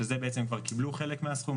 כאשר בעצם הם כבר קיבלו חלק מהסכום.